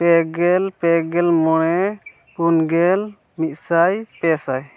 ᱯᱮᱜᱮᱞ ᱯᱮᱜᱮᱞ ᱢᱚᱬᱮ ᱯᱩᱱ ᱜᱮᱞ ᱢᱤᱫ ᱥᱟᱭ ᱯᱮ ᱥᱟᱭ